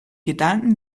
gedanken